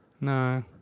No